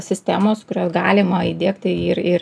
sistemos kurias galima įdiegti ir ir